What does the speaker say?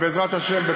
ובעזרת השם,